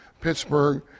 Pittsburgh